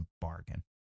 bargain